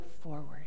forward